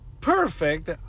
perfect